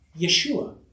Yeshua